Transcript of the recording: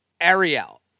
Ariel